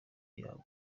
yabo